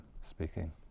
speaking